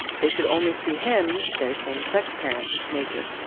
they should only see him their same sex parents naked.